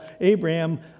Abraham